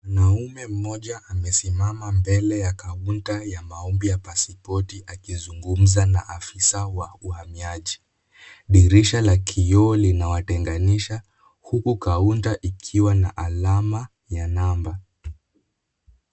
Mwanaume mmoja amesimama mbele ya kaunta ya maombi ya pasipoti akizungumza na afisa wa uhamiaji. Dirisha la kioo inawatenganisha huku kaunta ikiwa na alama ya namba.